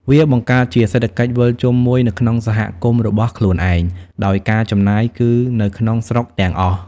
វាបង្កើតជាសេដ្ឋកិច្ចវិលជុំមួយនៅក្នុងសហគមន៍របស់ខ្លួនឯង ដោយការចំណាយគឺនៅក្នុងស្រុកទាំងអស់។